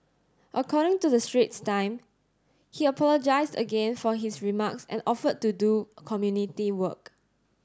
according to the Straits Time he apologised again for his remarks and offered to do community work